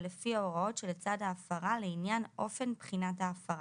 ולפי ההוראות שלצד ההפרה לעניין אופן בחינת ההפרה.